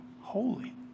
holy